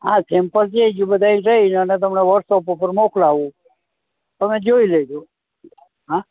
હા સેમ્પલ છે જો બધાંય જઈ અને તમને વોટ્સઓપ ઉપર મોકલાવું તમે જોઈ લેજો હા